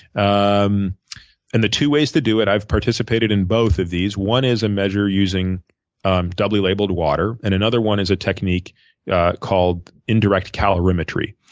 um and the two ways to do it, i've participated in both of those. one is a measure using um doubly labeled water, and another one is a technique called indirect calorimetry.